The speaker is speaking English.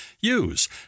use